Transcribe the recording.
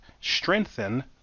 strengthen